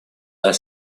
are